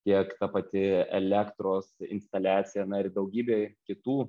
tiek ta pati elektros instaliacija na ir daugybė kitų